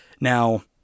Now